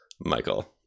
Michael